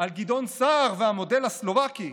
על גדעון סער והמודל הסלובקי,